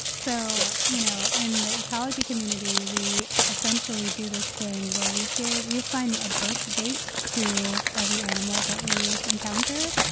so. sure, ok you know, in the ecology community, we essentially do this thing where we give we assign a birthdate to every animal that we encounter.